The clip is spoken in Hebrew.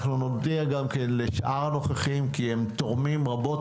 אנחנו נודיע גם לשאר הנוכחים כי הם תורמים רבות.